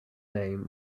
name